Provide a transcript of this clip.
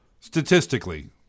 Statistically